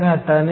तर करंट 0